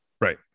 Right